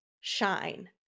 shine